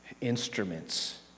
instruments